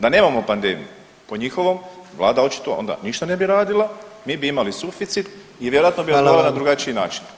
Da nemamo pandemiju po njihovom vlada očito onda ništa ne bi radila, mi bi imali suficit i vjerojatno [[Upadica: Hvala vam.]] bi …/nerazumljivo/… na drugačiji način.